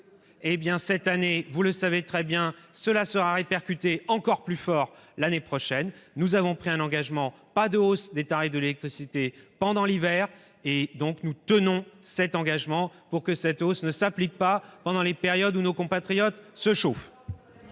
cette année, alors, vous le savez très bien, cela serait répercuté encore plus fort l'année prochaine. Nous avons pris un engagement : pas de hausse des tarifs de l'électricité pendant l'hiver. Nous tenons cet engagement pour que cette hausse ne s'applique pas pendant les périodes où nos compatriotes se chauffent.